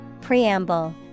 Preamble